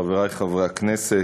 חברי חברי הכנסת,